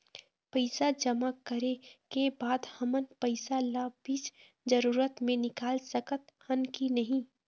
पैसा जमा करे के बाद हमन पैसा ला बीच जरूरत मे निकाल सकत हन की नहीं?